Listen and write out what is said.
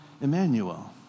Emmanuel